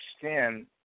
extend